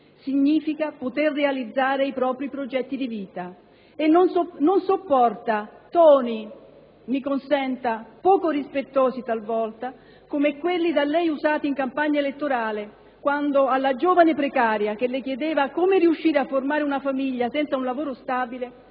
significa poter realizzare i propri progetti di vita e non sopporta toni - mi consenta - talvolta poco rispettosi, come quelli da lei usati in campagna elettorale, quando alla giovane precaria che le chiedeva come riuscire a formare una famiglia senza un lavoro stabile,